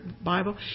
Bible